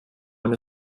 man